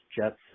Jets